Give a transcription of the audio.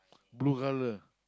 blue colour